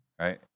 right